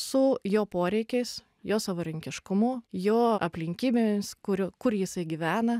su jo poreikiais jo savarankiškumu jo aplinkybėmis kur kur jisai gyvena